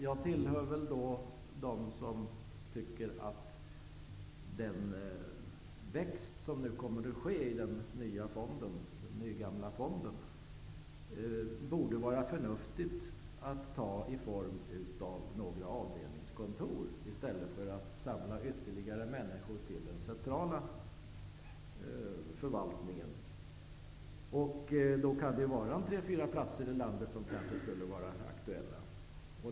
Jag tillhör dem som anser att det med tanke på den tillväxt som nu kommer att ske i den nygamla fonden vore förnuftigt att några avdelningskontor bildades, i stället för att ytterligare människor samlas i den centrala förvaltningen. Det finns tre--fyra platser i landet som kan vara aktuella.